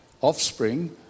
offspring